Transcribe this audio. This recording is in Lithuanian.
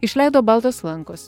išleido baltos lankos